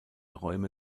räume